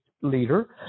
leader